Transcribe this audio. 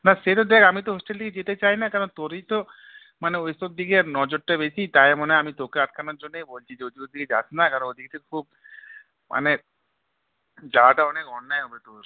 না সেটা দেখ আমি তো হোস্টেল থেকে যেতে চাই না কারণ তোরই তো মানে ওইসব দিকের নজরটা বেশি তাই মানে আমি তোকে আটকানোর জন্যেই বলছি যে ওইসব দিকে যাস না কারণ ওদিক দিয়ে খুব মানে যাওয়াটা অনেক অন্যায় হবে তোর